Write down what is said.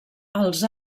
els